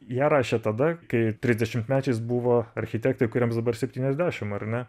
ją rašė tada kai trisdešimtmečiais buvo architektai kuriems dabar septyniasdešim ar ne